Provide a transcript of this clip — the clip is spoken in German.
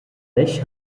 lech